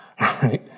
right